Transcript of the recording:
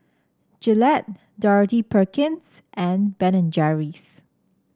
Gillette Dorothy Perkins and Ben and Jerry's